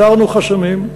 הסרנו חסמים,